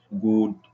good